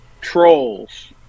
Trolls